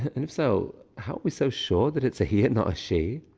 and if so, how are we so sure that it's a he and not a she?